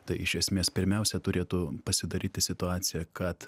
tai iš esmės pirmiausia turėtų pasidaryti situacija kad